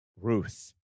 Ruth